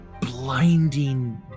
blinding